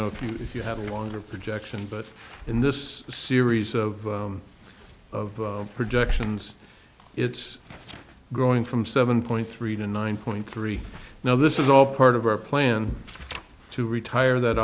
know if you if you have a longer projection but in this series of of projections it's growing from seven point three to nine point three now this is all part of our plan to retire that